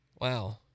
Wow